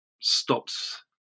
stops